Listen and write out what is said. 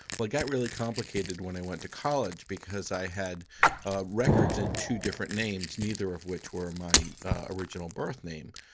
well it got really complicated when i went to college, because i had ah records in two different names, neither of which were my original birth name.